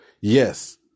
yes